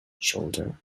shoulder